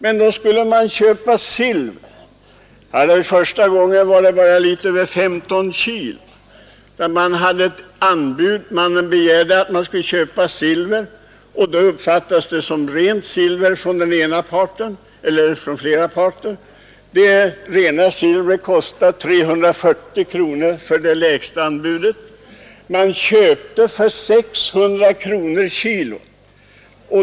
Sedan skulle det köpas silver — första gången bara litet över 15 kg. När anbud begärdes om priser på silver uppfattades det från flera parter som om det gällde rent silver. Det rena silvret kostar 340 kronor per kg enligt det lägsta anbudet, men man köpte för 600 kronor per kg.